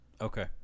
okay